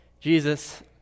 Jesus